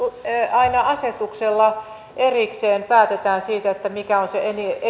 aina asetuksella erikseen päätetään siitä mikä on se